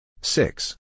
Six